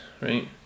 right